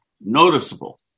noticeable